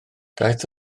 daeth